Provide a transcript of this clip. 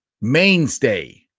mainstay